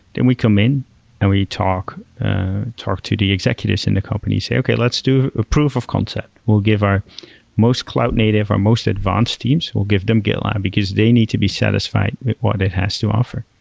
then we come in and we talk talk to the executives in the company and say, okay, let's do a proof of concept. we'll give our most cloud native, our most advanced teams, we'll give them gitlab, because they need to be satisfied with what it has to offer.